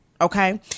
Okay